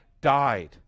died